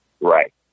Right